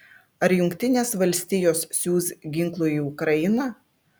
ar jungtinės valstijos siųs ginklų į ukrainą